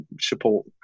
support